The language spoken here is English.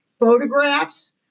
photographs